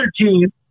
team